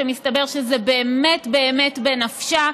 שמסתבר שזה באמת באמת בנפשה,